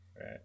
Right